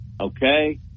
okay